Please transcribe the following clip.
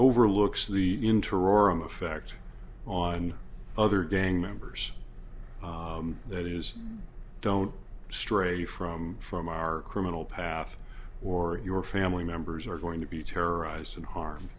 overlooks the interim effect on other gang members that is don't stray from from our criminal path or your family members are going to be terrorized and harm